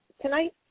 tonight